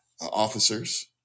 officers